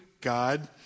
God